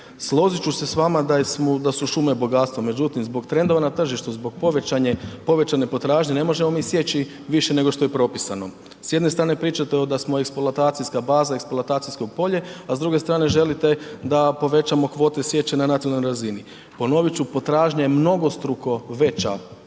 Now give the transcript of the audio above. Složit ću se s vama da su šume bogatstvo, međutim zbog trendova na tržištu zbog povećane potražnje ne možemo mi sjeći više nego što je propisano. S jedne strane pričate da smo eksploatacijska baza, eksploatacijsko polje, a s druge strane želite da povećamo kvote sječe na nacionalnoj razini. Ponovit ću, potražnja je mnogostruko veća nego